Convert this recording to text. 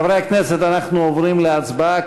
חברי הכנסת, אנחנו עוברים להצבעה.